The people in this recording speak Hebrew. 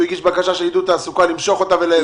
הגיש בקשה של עידוד תעסוקה - למשוך אותה?